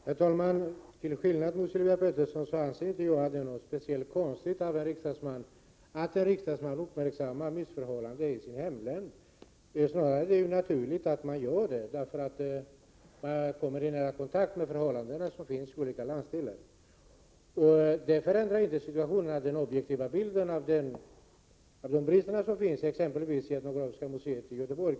Herr talman! Till skillnad från Sylvia Pettersson anser jag att det inte är något speciellt att en riksdagsman uppmärksammar missförhållanden i sitt hemlän. Snarare är det naturligt, eftersom man ju kommer i nära kontakt med de förhållanden som gäller i de olika landsdelarna. Men det förändrar inte situationen när det gäller den objektiva bilden av de brister som finns exempelvis på Etnografiska museet i Göteborg.